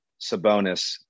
Sabonis